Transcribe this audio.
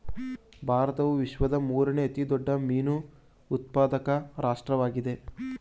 ಭಾರತವು ವಿಶ್ವದ ಮೂರನೇ ಅತಿ ದೊಡ್ಡ ಮೀನು ಉತ್ಪಾದಕ ರಾಷ್ಟ್ರವಾಗಿದೆ